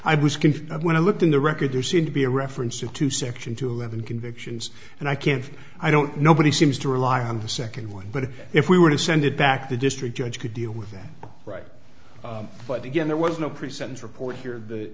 confused when i looked in the record do seem to be a reference to two section two eleven convictions and i can't i don't nobody seems to rely on the second one but if we were to send it back the district judge could deal with that right but again there was no present report here th